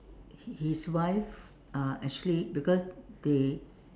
his wife uh actually because they